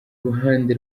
ruhande